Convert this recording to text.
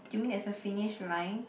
do you mean there's a finish line